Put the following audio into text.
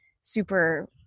super